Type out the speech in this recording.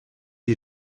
you